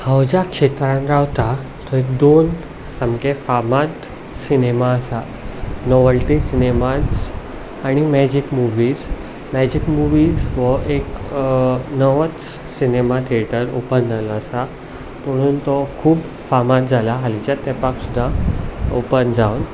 हांव ज्या क्षेत्रांत रावता थंय दोन सामके फामाद सिनेमा आसा नॉवल्टी सिनेमाझ आनी मॅजीक मुवीझ मॅजीक मुवीझ हो एक नवोच सिनेमा थिएटर ऑपन जाल्लो आसा पुणून तो खूब फामाद जाला हालींच्या तेंपाक सुद्दा ऑपन जावन